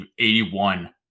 81